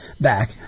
back